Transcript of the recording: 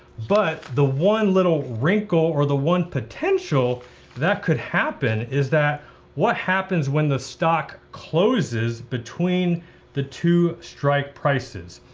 but the one little wrinkle or the one potential that could happen is that what happens when the stock closes between the two strike prices.